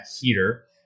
heater